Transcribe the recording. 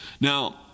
Now